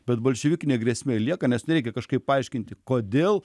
bet bolševikinė grėsmė lieka nes na reikia kažkaip paaiškinti kodėl